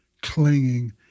clinging